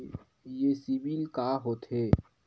ये सीबिल का होथे?